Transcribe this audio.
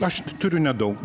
aš turiu nedaug